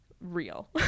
real